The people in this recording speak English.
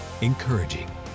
encouraging